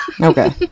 okay